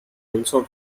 also